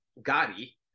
Gotti